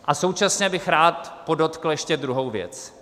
A současně bych rád podotkl ještě druhou věc.